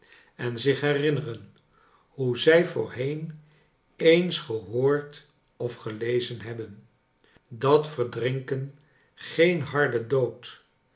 en zich herinneren hoe zij voorheen eens gehoord of gelezen hebben dat verdrinken geen harde dood